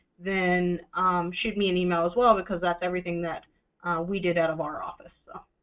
then shoot me an email as well, because that's everything that we did out of our office.